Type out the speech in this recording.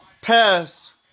Pass